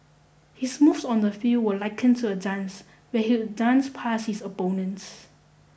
his moves on the field were likened to a dance where he'd dance past his opponents